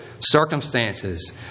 circumstances